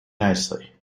nicely